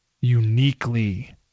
uniquely